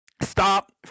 Stop